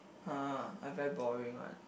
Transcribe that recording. [huh] I very boring one